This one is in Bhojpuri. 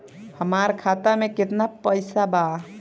हमार खाता में केतना पैसा बा?